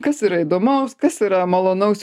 kas yra įdomaus kas yra malonaus